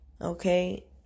Okay